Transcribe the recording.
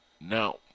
Now